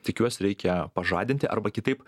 tik juos reikia pažadinti arba kitaip